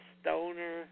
Stoner